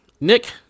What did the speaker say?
Nick